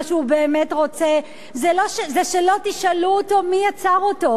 מה שהוא באמת רוצה זה שלא תשאלו אותו מי יצר אותו,